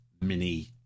mini